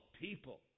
people